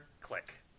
click